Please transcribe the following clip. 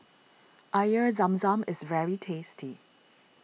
Air Zam Zam is very tasty